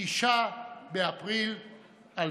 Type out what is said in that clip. לשכה שאני יושב בה כבר כמעט שבע